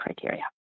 criteria